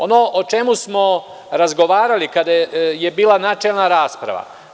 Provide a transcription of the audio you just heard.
Ono o čemu smo razgovarali kada je bila načelna rasprava.